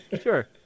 Sure